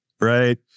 Right